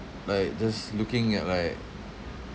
like just looking at like